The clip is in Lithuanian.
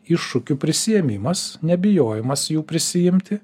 iššūkių prisiėmimas nebijojimas jų prisiimti